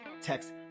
text